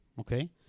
okay